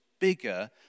bigger